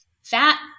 fat